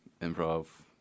improv